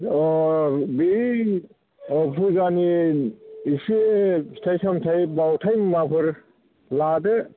ओह बे औ फुजानि इसे फिथाइ सामथाइ बावथाइ मुवाफोर लादो